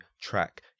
track